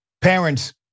Parents